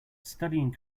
studying